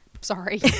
Sorry